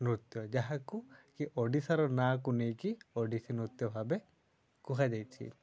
ନୃତ୍ୟ ଯାହାକୁ କି ଓଡ଼ିଶାର ନାଁକୁ ନେଇକି ଓଡ଼ିଶୀ ନୃତ୍ୟ ଭାବେ କୁହାଯାଇଛି